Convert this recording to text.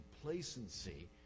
Complacency